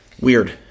Weird